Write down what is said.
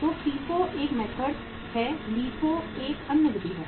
तो FIFO एक विधि है LIFO एक अन्य विधि है